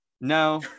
no